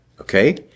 Okay